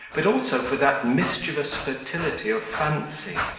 but also for that mischievous fertility of fancy,